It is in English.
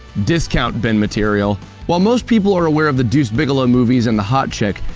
discount bin material while most people are aware of the deuce bigalow movies and the hot chick,